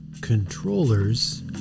Controllers